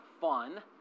fun